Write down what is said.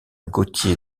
gautier